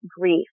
grief